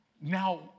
now